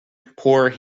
poor